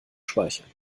speichern